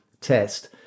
test